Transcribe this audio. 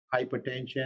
hypertension